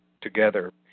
together